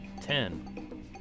Ten